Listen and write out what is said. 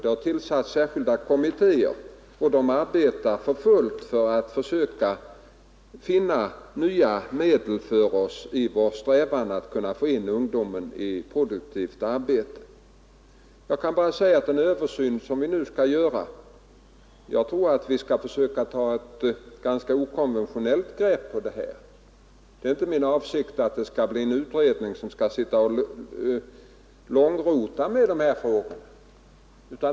Det har tillsatts särskilda kommittéer, och dessa arbetar för fullt för att försöka finna nya medel för att få in ungdomen i produktivt arbete. Jag kan bara säga att i den översyn som vi nu skall göra skall vi försöka ta ett ganska okonventionellt grepp på problemen. Det är inte min avsikt att det skall bli en utredning som skall sitta och långrota med de här frågorna.